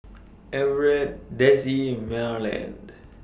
Everet Dezzie Marland